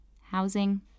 Housing